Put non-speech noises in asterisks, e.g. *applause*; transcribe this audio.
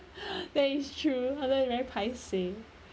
*breath* that is true otherwise very paiseh